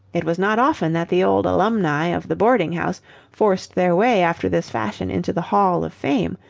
it was not often that the old alumni of the boarding-house forced their way after this fashion into the hall of fame,